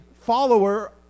follower